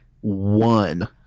one